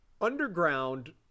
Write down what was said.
underground